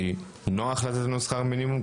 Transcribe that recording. כי נוח לתת לנו שכר מינימום,